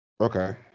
Okay